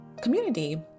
community